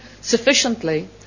sufficiently